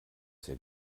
sehr